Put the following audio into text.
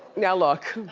now look,